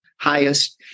highest